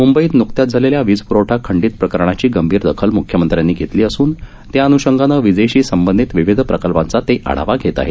मुंबईत न्कत्याच झालेल्या वीजपुरवठा खंडित प्रकरणाची गंभीर दखल मुख्यमंत्र्यांनी घेतली असून त्या अनुषंगानं वीजेशी सबंधित विविध प्रकल्पांचा आढावा ते घेत आहेत